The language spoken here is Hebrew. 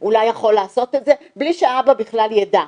הוא יכול לעשות את זה בלי שהאבא בכלל יידע.